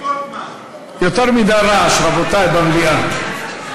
יותר מדי רעש, רבותי, במליאה.